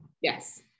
yes